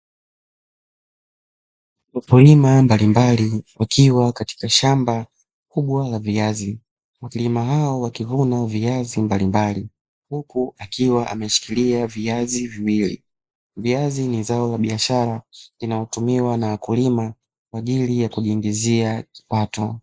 Wakulima mbalimbali wakiwa katika shamba kubwa la viazi, wakulima hao wakivuna viazi mbalimbali huku akiwa ameshikilia viazi viwili. Viazi ni zao la kibiashara linalotumiwa na wakulima kwa ajili ya kujiingizia kipato.